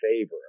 favor